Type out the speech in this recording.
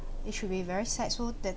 it should be very sad so that